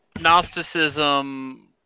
Gnosticism